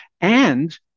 And-